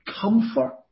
comfort